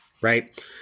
right